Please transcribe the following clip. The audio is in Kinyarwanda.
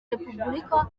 repubulika